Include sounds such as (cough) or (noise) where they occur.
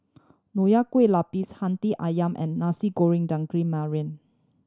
Nonya Kueh Lapis Hati Ayam and Nasi Goreng daging (unintelligible)